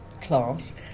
class